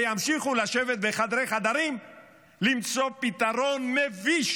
וימשיכו לשבת בחדרי-חדרים למצוא פתרון מביש